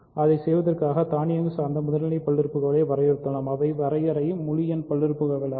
அதைச் செய்வதற்காக தானியங்கு சார்ந்த முதல்நிலை பல்லுறுப்புக்கோவைகளை வரையறுத்துள்ளோம் அவை வரையறை முழு எண் பல்லுறுப்புக்கோவைகளாகும்